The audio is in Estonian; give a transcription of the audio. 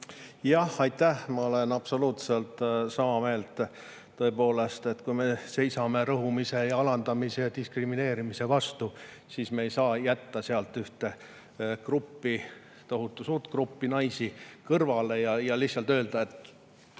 Aitäh! Ma olen absoluutselt sama meelt. Tõepoolest, kui me seisame rõhumise, alandamise ja diskrimineerimise vastu, siis me ei saa jätta sealt ühte gruppi, tohutu suurt gruppi naisi kõrvale ja lihtsalt öelda, et